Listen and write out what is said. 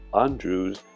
Andrews